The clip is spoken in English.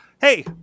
hey